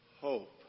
Hope